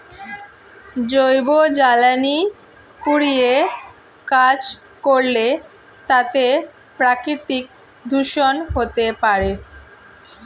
জৈব জ্বালানি পুড়িয়ে কাজ করলে তাতে প্রাকৃতিক দূষন হতে পারে